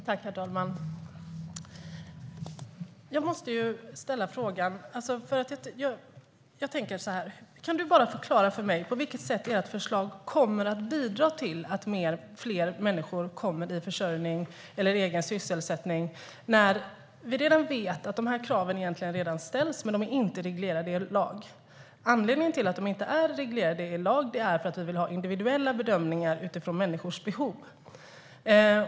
Herr talman! Jag måste ställa en fråga. Kan du förklara för mig på vilket sätt ert förslag kommer att bidra till att fler människor kommer i försörjning eller egen sysselsättning, Mikael Dahlqvist? Vi vet ju att dessa krav redan ställs men inte är reglerade i lag. Anledningen till att de inte är reglerade i lag är att vi vill ha individuella bedömningar utifrån människors behov.